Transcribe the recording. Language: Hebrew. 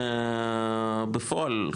בפועל,